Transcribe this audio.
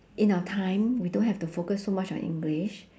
in our time we don't have to focus so much on english